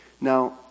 Now